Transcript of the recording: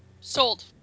sold